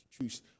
choose